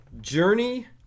Journey